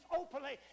openly